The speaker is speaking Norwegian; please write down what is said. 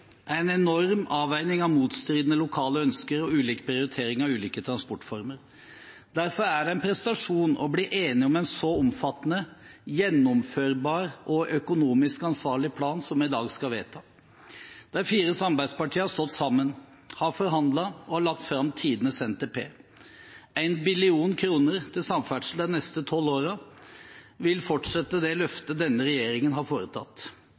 en enorm avveining av motstridende lokale ønsker og ulik prioritering av ulike transportformer. Derfor er det en prestasjon å bli enige om en så omfattende, gjennomførbar og økonomisk ansvarlig plan som vi i dag skal vedta. De fire samarbeidspartiene har stått sammen, har forhandlet og har lagt fram tidenes NTP. 1 billion kroner til samferdsel de neste tolv årene vil fortsette det løftet denne regjeringen har foretatt